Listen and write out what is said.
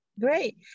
great